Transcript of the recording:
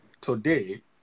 today